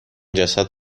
جسد